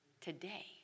today